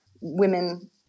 women